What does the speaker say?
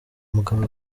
mugabo